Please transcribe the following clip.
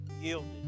yielded